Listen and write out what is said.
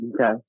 Okay